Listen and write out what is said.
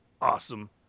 awesome